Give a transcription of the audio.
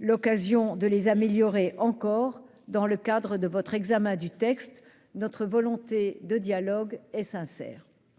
l'occasion de les améliorer encore dans le cadre de votre examen du texte, j'imagine. Notre volonté de dialogue est sincère.